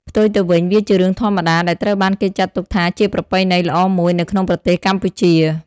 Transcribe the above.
ផ្ទុយទៅវិញ វាជារឿងធម្មតាដែលត្រូវបានគេចាត់ទុកថាជាប្រពៃណីល្អមួយនៅក្នុងប្រទេសកម្ពុជា។